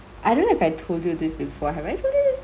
I don't know if I told you this before have I told you this